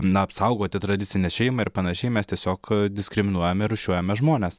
na apsaugoti tradicinę šeimą ir panašiai mes tiesiog diskriminuojame rūšiuojame žmones